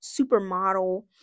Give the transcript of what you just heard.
supermodel